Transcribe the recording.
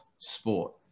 sport